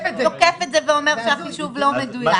תוקף את זה ואומר שהחישוב לא מדויק.